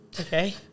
okay